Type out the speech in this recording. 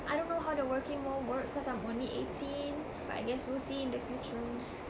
I don't know how the working world works cause I'm only eighteen but I guess we'll see in the future